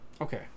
Okay